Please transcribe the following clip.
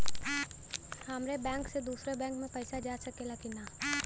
हमारे बैंक से दूसरा बैंक में पैसा जा सकेला की ना?